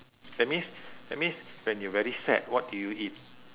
that means that means when you very sad what do you eat